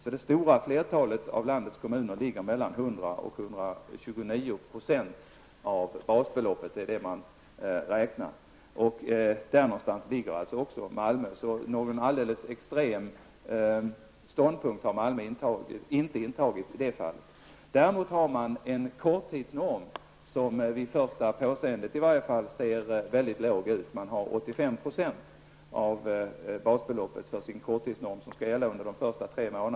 I det stora flertalet av landets kommuner ligger alltså normen mellan 100 och 129 % av basbeloppet -- detta är det mått som används --, och där någonstans ligger också Malmö. Malmö har alltså inte intagit någon alldeles extrem ståndpunkt i det fallet. Däremot har man en korttidsnorm som i varje fall vid första påseendet kan ge intryck av att vara väldigt låg. Korttidsnormen föreskriver att socialbidraget under de tre första månaderna skall vara 85 % av basbeloppet.